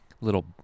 little